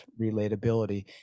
relatability